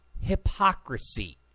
hypocrisy